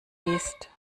liest